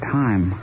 time